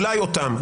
אולי אותם,